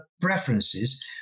preferences